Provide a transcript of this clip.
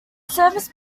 service